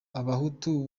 abahutu